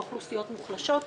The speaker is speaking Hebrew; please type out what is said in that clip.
לאוכלוסיות מוחלשות ועוד.